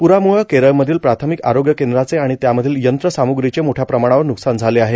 पूरामुळं केरळमधील प्राथमिक आरोग्य केंद्रांचे आणि त्यामधील यंत्र सामुग्रीचे मोठ्या प्रमाणावर नुकसान झाले आहे